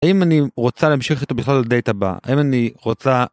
אם אני רוצה להמשיך איתו בכלל לדייט הבא אם אני רוצה.